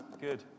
Good